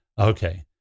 okay